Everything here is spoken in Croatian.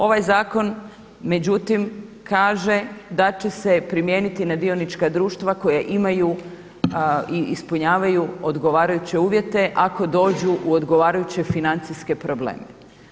Ovaj zakon međutim kaže da će se primijeniti na dionička društva koja imaju i ispunjavaju odgovarajuće uvjete ako dođu u odgovarajuće financijske probleme.